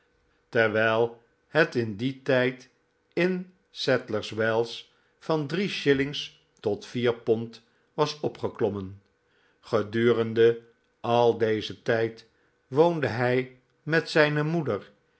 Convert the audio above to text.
terwijl het in dien tijd te sadlers weles van shillings tot pond was opgeklommen gedurende al dezen tijd woonde hij met zijne moeder